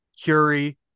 Curie